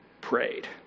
prayed